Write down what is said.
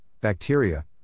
bacteria